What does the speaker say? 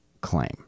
claim